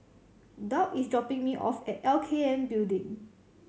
Doug is dropping me off at L K N Building